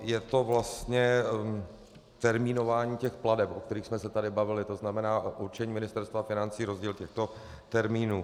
Je to vlastně termínování těch plateb, o kterých jsme se tady bavili, to znamená určení Ministerstva financí, rozdíl těchto termínů.